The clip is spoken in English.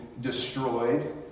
destroyed